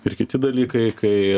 ir kiti dalykai kai